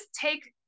take